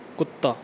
ਕੁੱਤਾ